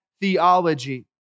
theology